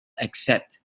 accept